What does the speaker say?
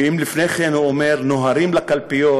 ואם לפני כן הוא אומר: נוהרים לקלפיות,